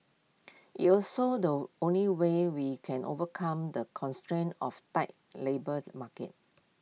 IT also the only way we can overcome the constraints of tight labour market